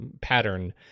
pattern